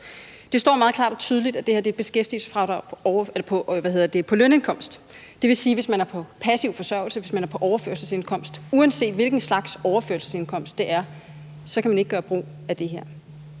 Det står meget klart og tydeligt, at det her er et beskæftigelsesfradrag på lønindkomst. Det vil sige, at hvis man er på passiv forsørgelse, hvis man er på overførselsindkomst, uanset hvilken slags overførselsindkomst det er, så kan man ikke gøre brug af det her